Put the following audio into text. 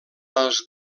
als